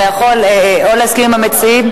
אתה יכול או להסכים עם המציעים,